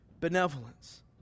benevolence